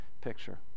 picture